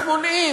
איך מונעים?